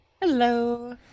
Hello